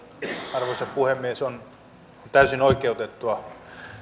arvoisa puhemies on täysin oikeutettua